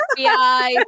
FBI